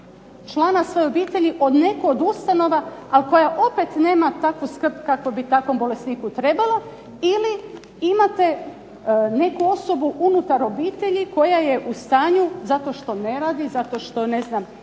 člana svoje obitelji u neku od ustanova, a koja opet nema takvu skrb kakva bi takvom bolesniku trebala ili imate neku osobu unutar obitelji koja je u stanju, zato što ne radi, zato što je u